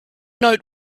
note